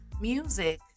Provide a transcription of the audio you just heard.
Music